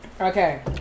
Okay